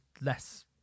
less